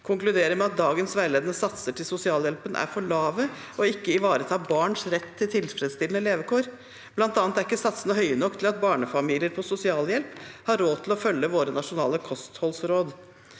konkluderer med at dagens veiledende satser for sosialhjelpen er for lave og ikke ivaretar barns rett til tilfredsstillende levekår. Blant annet er ikke satsene høye nok til at barnefamilier på sosialhjelp har råd til å følge våre nasjonale kostholdsråd.